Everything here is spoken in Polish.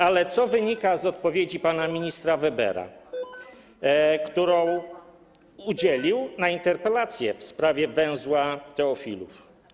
Ale co wynika z odpowiedzi pana ministra Webera, której udzielił na interpelację w sprawie węzła Teofilów?